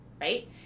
right